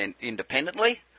independently